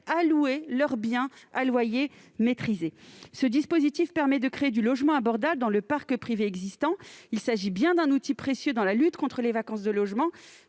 à louer leurs biens à loyer maîtrisé. Cela permet de créer du logement abordable dans le parc privé existant. C'est donc un outil précieux dans la lutte contre les vacances de logement.